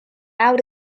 out